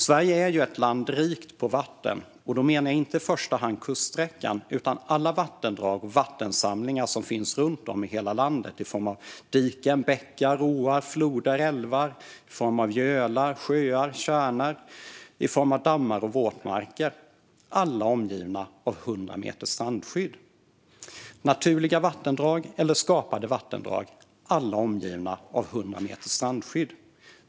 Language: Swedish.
Sverige är ett land rikt på vatten, och då menar jag inte i första hand kuststräckan utan alla vattendrag och vattensamlingar som finns runt om i hela landet i form av diken, bäckar, åar, floder, älvar, gölar, sjöar, tjärnar, dammar och våtmarker - alla omgivna av 100 meter strandskydd. Naturliga vattendrag eller skapade vattendrag - alla omgivna av 100 meter strandskydd.